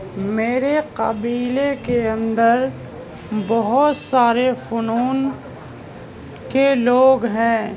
میرے قبیلے کے اندر بہت سارے فنون کے لوگ ہیں